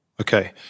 Okay